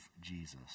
Jesus